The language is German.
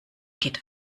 geht